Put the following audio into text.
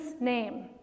name